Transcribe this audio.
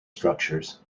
structures